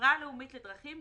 לחברה הלאומית לדרכים,